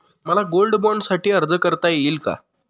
मला गोल्ड बाँडसाठी अर्ज करता येईल का?